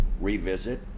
revisit